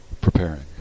preparing